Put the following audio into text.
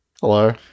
Hello